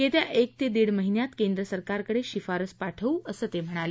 येत्या एक ते दीड महिन्यात केंद्र सरकारकडे शिफारश पाठवू असं ते म्हणाले